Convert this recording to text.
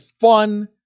fun